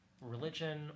religion